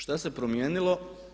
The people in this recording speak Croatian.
Šta se promijenilo?